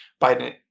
Biden